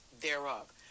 thereof